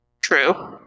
True